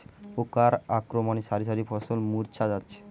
পোকার আক্রমণে শারি শারি ফসল মূর্ছা যাচ্ছে